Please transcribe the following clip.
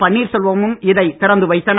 பன்னீர்செல்வமும் இதை திறந்து வைத்தனர்